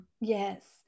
Yes